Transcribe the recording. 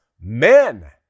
Men